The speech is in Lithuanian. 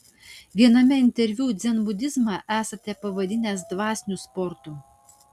viename interviu dzenbudizmą esate pavadinęs dvasiniu sportu